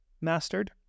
mastered